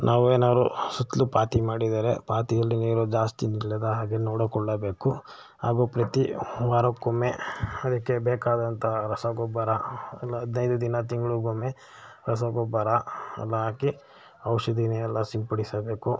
ನಾವು ಏನಾದ್ರು ಸುತ್ತಲೂ ಪಾತಿ ಮಾಡಿದರೆ ಪಾತಿಯಲ್ಲಿ ನೀರು ಜಾಸ್ತಿ ನಿಲ್ಲದ ಹಾಗೆ ನೋಡಿಕೊಳ್ಳಬೇಕು ಹಾಗು ಪ್ರತಿ ವಾರಕ್ಕೊಮ್ಮೆ ಅದಕ್ಕೆ ಬೇಕಾದಂತಹ ರಸಗೊಬ್ಬರ ಒಂದು ಹದಿನೈದು ದಿನ ತಿಂಗಳಿಗೊಮ್ಮೆ ರಸಗೊಬ್ಬರ ಎಲ್ಲ ಹಾಕಿ ಔಷಧಿನೆಲ್ಲ ಸಿಂಪಡಿಸಬೇಕು